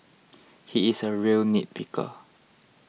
he is a real nitpicker